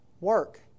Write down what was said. work